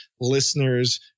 listeners